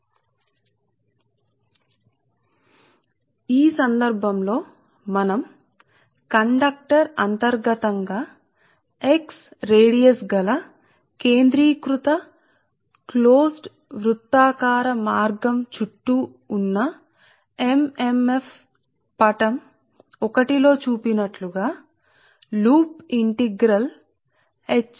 కాబట్టి ఇది కండక్టర్ యొక్క క్రాస్ సెక్షనల్ వ్యూ ఇది ఒక వ్యాసార్థం R మరియు H దూరం వద్ద మేము ఈ విషయాన్ని చాలా చిన్నదిగా మీ dx తో భావిస్తాము సరే మరియు ఇది మీ పొడవు dl ఇది మనంఏమని పిలుస్తామో అదే చాప రేఖ పొడవు arc length dl అని సరే కాబట్టి ఈ సందర్భంలో మనం ఏమి చేస్తాం x వ్యాసార్థం గల కేంద్రీకృత క్లోజ్డ్ వృత్తాకార మార్గం చుట్టూ ఉన్న MMF ఇది కండక్టర్కు x వ్యాసార్థం తో కేంద్రీకృత క్లోజ్డ్ వృత్తాకార మార్గం